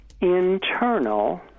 internal